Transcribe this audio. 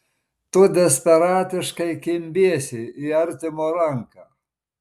tu desperatiškai kimbiesi į artimo ranką